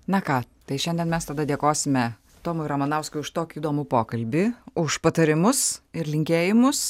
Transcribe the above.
na ką tai šiandien mes tada dėkosime tomui ramanauskui už tokį įdomų pokalbį už patarimus ir linkėjimus